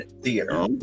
theater